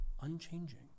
unchanging